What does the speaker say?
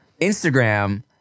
instagram